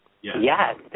Yes